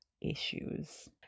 issues